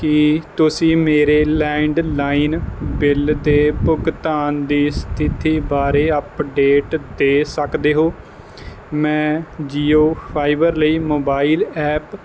ਕੀ ਤੁਸੀਂ ਮੇਰੇ landline bill ਦੇ ਭੁਗਤਾਨ ਦੀ ਸਥਿਤੀ ਬਾਰੇ ਅੱਪਡੇਟ ਦੇ ਸਕਦੇ ਹੋ ਮੈਂ ਜੀਓ ਫਾਈਬਰ ਲਈ ਮੋਬਾਈਲ ਐਪ